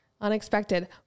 unexpected